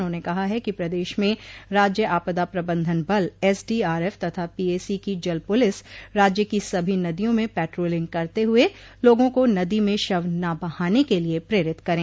उन्होंने कहा है कि प्रदेश में राज्य आपदा प्रबंधन बल एसडीआरएफ तथा पीएसी की जल पुलिस राज्य की सभी नदियों में पेट्रोलिंग करते हुए लोगों को नदी में शव न बहाने के लिए प्रेरित करें